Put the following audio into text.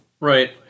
Right